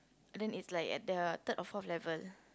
then it's like at the third or fourth level